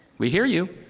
we hear you.